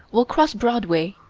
will cross broadway,